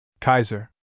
Kaiser